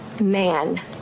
man